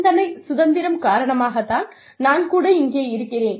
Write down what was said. சிந்தனை சுதந்திரம் காரணமாகத்தான் நான் கூட இங்கே இருக்கிறேன்